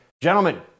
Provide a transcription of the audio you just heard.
Gentlemen